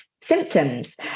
symptoms